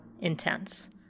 intense